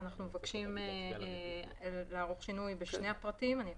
אנחנו מבקשים לערוך שינוי בשני הפרטים: